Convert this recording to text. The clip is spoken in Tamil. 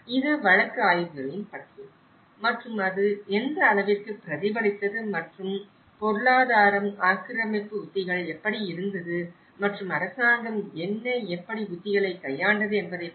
இது வழக்கு ஆய்வுகளின் பட்டியல் மற்றும் அது எந்த அளவிற்கு பிரதிபலித்தது மற்றும் பொருளாதாரம் ஆக்கிரமிப்பு உத்திகள் எப்படி இருந்தது மற்றும் அரசாங்கம் என்ன எப்படி உத்திகளைக் கையாண்டது என்பதைப்பற்றியது ஆகும்